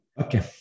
Okay